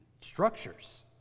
structures